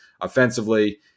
offensively